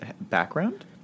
background